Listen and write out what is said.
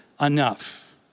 enough